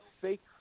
fake